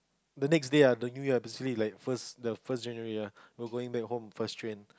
the next day ah the New Year basically like first the first January ah we're going back home first train